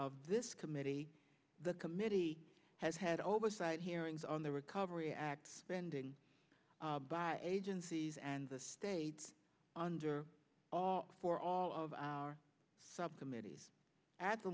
of this committee the committee has had oversight hearings on the recovery act spending by agencies and the states under all four all of our subcommittees a